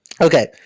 Okay